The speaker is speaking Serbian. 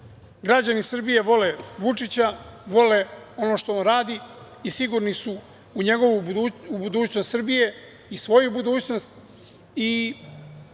Građani Srbije vole Vučića, vole ono što on radi i sigurni su u budućnost Srbije i svoju budućnost.